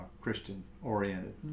Christian-oriented